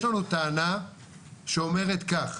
יש לנו טענה שאומרת כך,